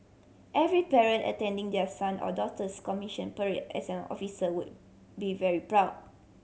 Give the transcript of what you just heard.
every parent attending their son or daughter's commission parade as an officer would be very proud